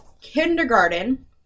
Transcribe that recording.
kindergarten